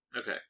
Okay